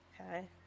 Okay